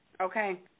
Okay